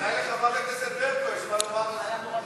אולי לחברת הכנסת ברקו יש מה לומר לך.